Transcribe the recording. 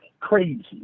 Crazy